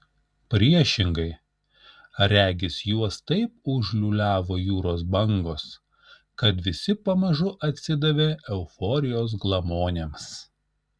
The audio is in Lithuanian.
priešingai regis juos taip užliūliavo jūros bangos kad visi pamažu atsidavė euforijos glamonėms